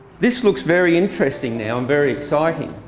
this looks very interesting now and very exciting,